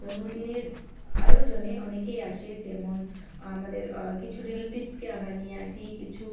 জন্মদিনের আয়োজনে অনেকেই আসে যেমন আমাদের কিছু রিলেটিভসকে আমরা নিয়ে আসি কিছু